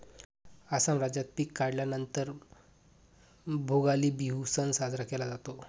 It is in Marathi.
आसाम राज्यात पिक काढल्या नंतर भोगाली बिहू सण साजरा केला जातो